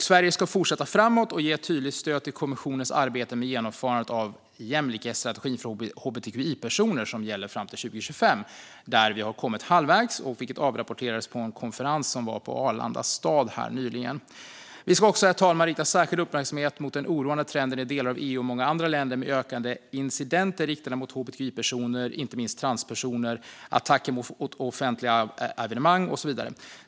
Sverige ska fortsätta framåt och ge tydligt stöd till kommissionens arbete med genomförandet av jämlikhetsstrategin för hbtqi-personer som gäller fram till 2025. Där har vi kommit halvvägs, vilket avrapporterades nyligen vid en konferens i Arlanda stad. Vi ska också, herr talman, rikta särskild uppmärksamhet mot den oroande trenden i delar av EU och många andra länder med ett ökande antal incidenter riktade mot hbtqi-personer, inte minst transpersoner, exempelvis genom attacker mot offentliga evenemang.